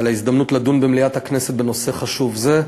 על ההזדמנות לדון במליאת הכנסת בנושא חשוב זה.